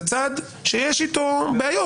זה צעד שיש איתו בעיות,